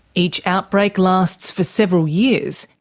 each outbreak lasts for several years,